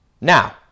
Now